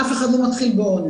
אף אחד לא מתחיל באונס,